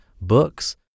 books